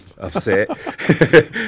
upset